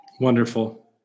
Wonderful